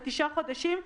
לאחר תשעה חודשים,